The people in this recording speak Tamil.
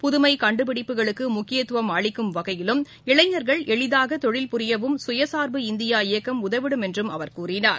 புதுமைகண்டுபிடிப்புகளுக்குமுக்கியத்துவம் அளிக்கும் வகையிலும் இளைஞர்கள் எளிதாகதொழில் புரிவதற்கும் சுயசா்பு இந்தியா இயக்கம் உதவிடும் என்றும் அவர் கூறினார்